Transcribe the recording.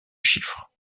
chiffre